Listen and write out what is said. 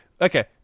Okay